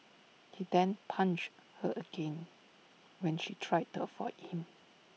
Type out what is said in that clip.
he then punched her again when she tried to avoid him